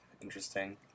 interesting